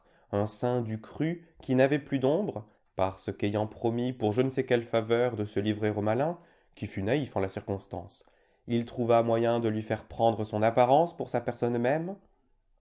un saint du crû qui n'avait plus d'ombre parce qu'ayant promis pour je ne sais quelle faveur de se livrer au malin qui fut naïf en la circonstance il trouva moyen de lui faire prendre son apparence pour sa personne même